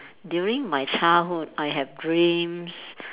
during my childhood I have dreams